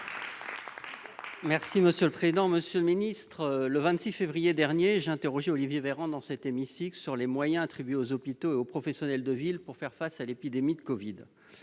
Monsieur le secrétaire d'État, le 26 février dernier, j'interrogeais Olivier Véran dans cet hémicycle sur les moyens attribués aux hôpitaux et aux professionnels de ville pour faire face à l'épidémie de Covid-19.